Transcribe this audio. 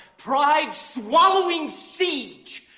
pride swallowing siege!